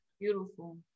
Beautiful